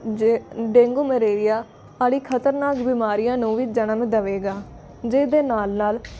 ਜੇ dengue malaria ਵਾਲੀ ਖਤਰਨਾਕ ਬਿਮਾਰੀਆਂ ਨੂੰ ਵੀ ਜਨਮ ਦਵੇਗਾ ਜਿਹਦੇ ਨਾਲ ਨਾਲ